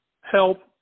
help